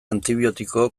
antibiotiko